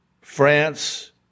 France